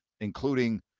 including